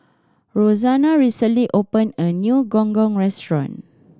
Roxana recently opened a new Gong Gong restaurant